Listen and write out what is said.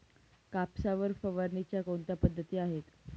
कापसावर फवारणीच्या कोणत्या पद्धती आहेत?